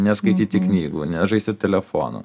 neskaityti knygų nežaisti telefonu